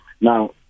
Now